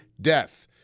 death